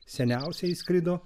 seniausia išskrido